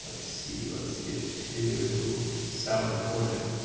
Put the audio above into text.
ah see, let's get to sound recording,